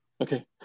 Okay